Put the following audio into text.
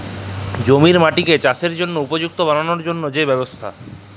জমির মাটিকে চাসের জনহে উপযুক্ত বানালর জন্হে যে ব্যবস্থা